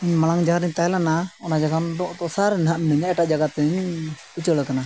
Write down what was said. ᱢᱟᱲᱟᱝ ᱡᱟᱦᱟᱸᱨᱤᱧ ᱛᱟᱦᱮᱸ ᱞᱮᱱᱟ ᱚᱱᱟ ᱡᱟᱜᱟᱱ ᱫᱚᱥᱟᱨ ᱦᱟᱸᱜ ᱞᱤᱧᱟᱹ ᱮᱴᱟᱜ ᱡᱟᱭᱜᱟ ᱛᱮᱧ ᱩᱪᱟᱹᱲ ᱟᱠᱟᱱᱟ